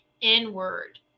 inward